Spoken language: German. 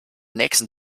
nächsten